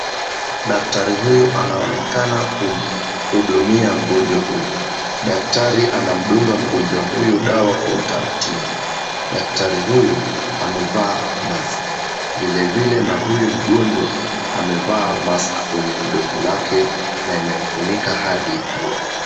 Daktari huyu anaonekana kumhudumia mgonjwa huyu, daktari anamdunga mgonjwa huyu dawa kwa utaratibu, daktari huyu amevaa mask vile vile na huyu mgonjwa amevaa mask kwenye mdomo wake na imemfunika hadi pua.